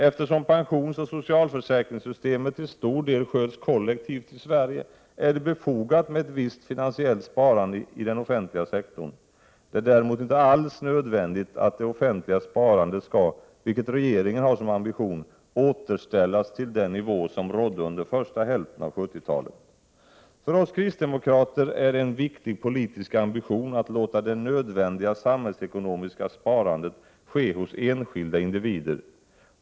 Eftersom pensionsoch socialförsäkringssystemet till stor del sköts kollektivt i Sverige är det befogat med ett visst finansiellt sparande i den offentliga sektorn. Det är däremot inte alls nödvändigt att det offentliga sparandet återställs till den nivå som rådde under första hälften av 70-talet, vilket regeringen har som ambition. För oss kristdemokrater är det en viktig politisk ambition att låta det nödvändiga samhällsekonomiska sparandet ske hos enskilda individer.